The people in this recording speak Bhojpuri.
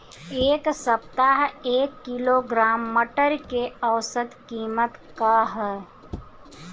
एक सप्ताह एक किलोग्राम मटर के औसत कीमत का ह?